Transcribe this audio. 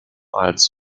als